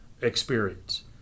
experience